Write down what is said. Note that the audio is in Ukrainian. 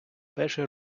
перший